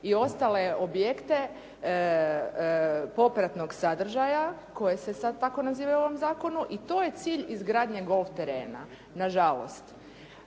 i ostale objekte popratnog sadržaja koje se sad tako nazivaju u ovom zakonu i to je cilj izgradnje golf terena. Nažalost.